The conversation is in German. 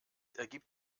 ergibt